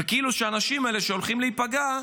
וכאילו שהאנשים האלה שהולכים להיפגע,